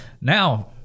now